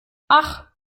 ach